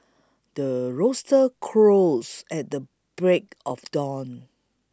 the rooster crows at the break of dawn